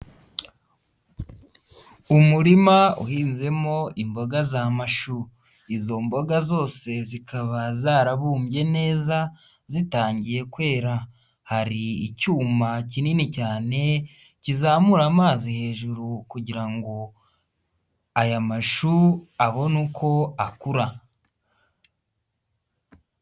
Umurima uhinzemo imboga za mashu, izo mboga zose zikaba zarabumbye neza, zitangiye kwera. Hari icyuma kinini cyane, kizamura amazi hejuru kugira ngo aya mashu abone uko akura.